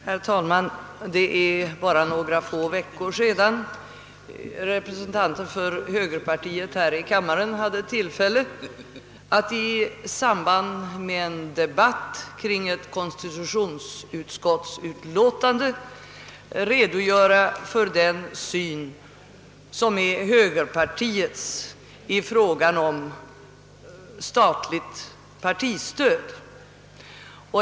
Herr talman! Det är bara några veckor sedan representater för högerpartiet här i kammaren hade tillfälle att i samband med en debatt kring ett konstitutionsutskottsutlåtande redogöra för högerpartiets syn på frågan om statligt partistöd.